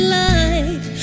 light